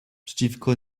przeciwko